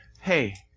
hey